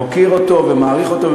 מוקיר אותו ומעריך אותו,